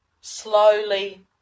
slowly